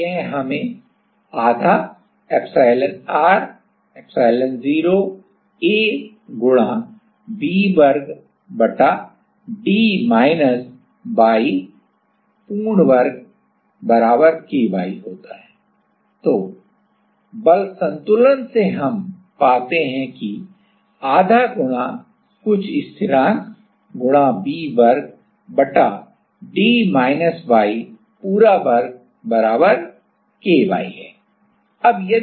और यह हमें आधा epsilonr epsilon0 A गुणा v वर्ग बटा d माइनस y पूरा वर्ग बराबर k y होता है तो बल संतुलन से हम पाते हैं कि आधा गुणा कुछ स्थिरांक गुणा V वर्ग बटा d माइनस y पूरा वर्ग बराबर k y है